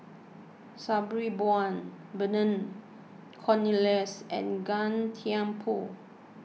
Sabri Buang Vernon Cornelius and Gan Thiam Poh